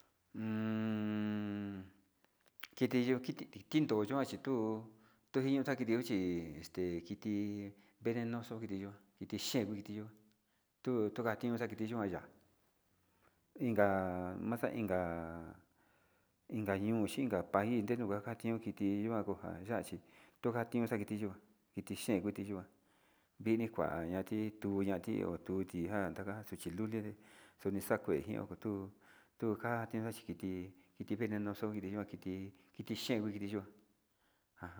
kiti yo kindo yuan chitu yunjan kituña chi este venenoxo kiti yuan kiti xhee yo'o kiti yuan nduu tuka xhinio kiti yoan, ya'a inka maxa inka inka inka ño'o xhi inka pais reniukaka nioti yikuan kuan yachi tujan tita kiti yunjan kiti xhen kiti yikuan kini kuañati kiti tuñati tuti njan taka tuchi lule xuxa'a kue ñuu tuu tuka'a chinuja kuchiti kiti venenoxo inti yikuan kiti xhen kiti yikuan.